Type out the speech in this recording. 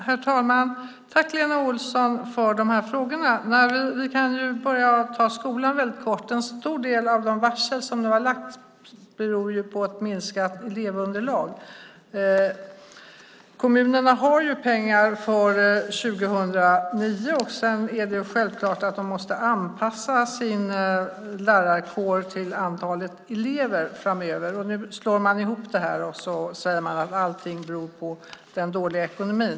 Herr talman! Jag tackar Lena Olsson för de här frågorna. Vi kan börja med skolan. En stor del av de varsel som nu har lagts beror på ett minskat elevunderlag. Kommunerna har pengar för 2009. De måste självklart anpassa sin lärarkår till antalet elever framöver. Nu slår man ihop det här och säger att allting beror på den dåliga ekonomin.